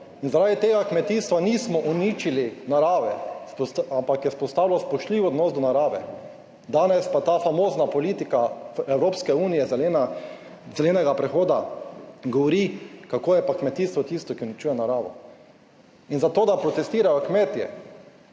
in zaradi tega kmetijstva nismo uničili narave, ampak je vzpostavilo spoštljiv odnos do narave. Danes pa ta famozna politika Evropske unije, zelenega prehoda govori kako je pa kmetijstvo tisto, ki uničuje naravo in za to, da protestirajo kmetje,